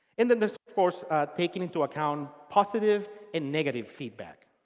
and then this of course taking into account positive and negative feedback.